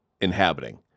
inhabiting